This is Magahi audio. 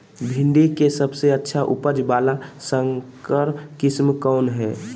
भिंडी के सबसे अच्छा उपज वाला संकर किस्म कौन है?